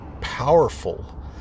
powerful